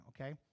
okay